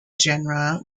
genre